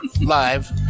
live